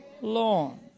lawn